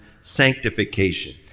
sanctification